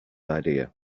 idea